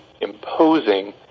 imposing